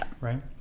right